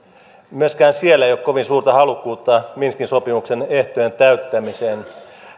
myöskään siellä ei ole kovin suurta halukkuutta minskin sopimuksen ehtojen täyttämiseen